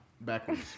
backwards